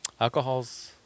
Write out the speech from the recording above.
Alcohol's